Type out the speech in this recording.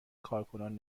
کارکنان